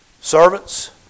Servants